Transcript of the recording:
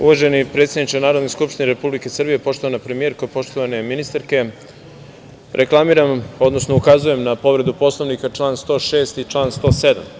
Uvaženi predsedniče Narodne skupštine Republike Srbije, poštovana premijerko, poštovane ministarke, reklamiram, odnosno ukazujem na povredu Poslovnika član 106. i član 107.